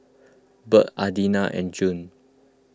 Bird Adina and Juan